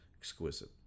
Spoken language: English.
exquisite